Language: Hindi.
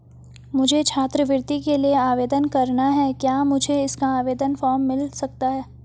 मुझे छात्रवृत्ति के लिए आवेदन करना है क्या मुझे इसका आवेदन फॉर्म मिल सकता है?